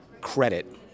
credit